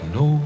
no